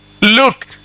look